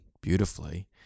beautifully